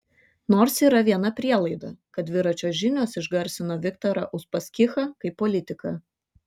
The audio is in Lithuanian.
nors yra viena prielaida kad dviračio žinios išgarsino viktorą uspaskichą kaip politiką